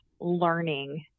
learning